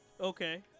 Okay